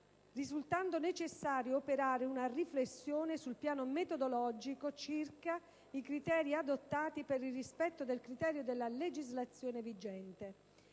risultando necessario operare una riflessione sul piano metodologico circa i criteri adottati per il rispetto dei criterio della legislazione vigente.